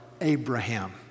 Abraham